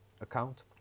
account